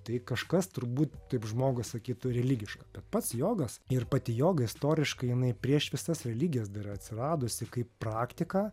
tai kažkas turbūt taip žmogui sakytų religiška bet pats jogas ir pati joga istoriškai jinai prieš visas religijas dar atsiradusi kaip praktika